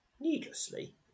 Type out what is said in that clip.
needlessly